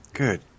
Good